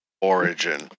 origin